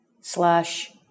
slash